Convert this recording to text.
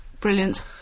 Brilliant